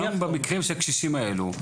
כך גם במקרה של הקשישים האלה,